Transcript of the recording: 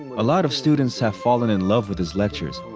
a lot of students have fallen in love with his lectures.